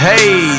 Hey